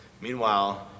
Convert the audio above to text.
Meanwhile